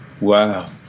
Wow